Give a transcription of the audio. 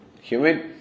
humid